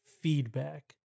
feedback